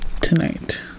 tonight